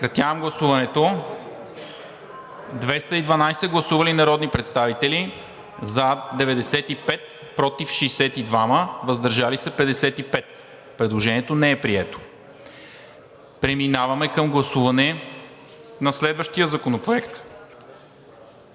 представители. Гласували 212 народни представители: за 95, против 62, въздържали се 55. Предложението не е прието. Преминаваме към гласуване на следващия законопроект,